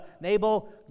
Nabal